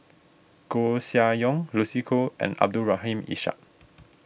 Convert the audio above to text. Koeh Sia Yong Lucy Koh and Abdul Rahim Ishak